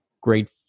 great